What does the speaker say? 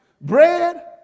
Bread